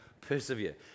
persevere